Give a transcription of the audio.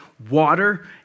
Water